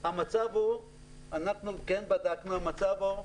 אנחנו מקרה הקצה.